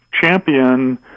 champion